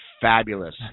fabulous